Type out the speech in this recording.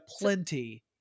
plenty